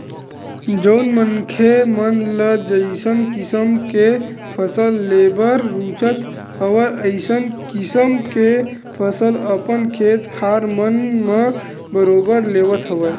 जउन मनखे मन ल जइसन किसम के फसल लेबर रुचत हवय अइसन किसम के फसल अपन खेत खार मन म बरोबर लेवत हवय